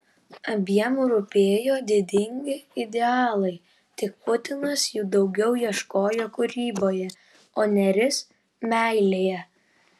abiem rūpėjo didingi idealai tik putinas jų daugiau ieškojo kūryboje o nėris meilėje